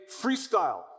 freestyle